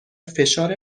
فشار